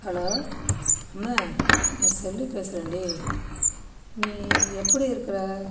hello Ammu நான் செல்வி பேசுறேண்டி நீ எப்படி இருக்கிறே